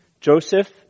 Joseph